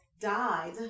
died